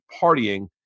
partying